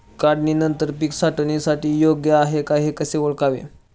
काढणी नंतर पीक साठवणीसाठी योग्य आहे की नाही कसे ओळखावे?